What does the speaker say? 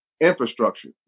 infrastructure